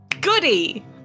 Goody